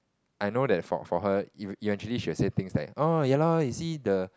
I know that for for her eve~ eventually she will say things like oh ya lor you see the